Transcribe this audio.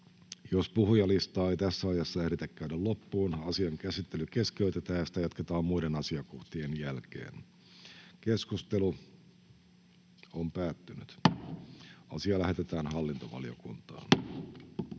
Jos puhujalistaa ei tässä ajassa ehditä käydä loppuun, asian käsittely keskeytetään ja sitä jatketaan muiden asiakohtien jälkeen. — Keskustelu alkaa. Eduskunnan